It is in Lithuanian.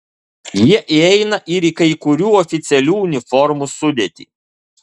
jie įeina ir į kai kurių oficialių uniformų sudėtį